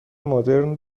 مدرن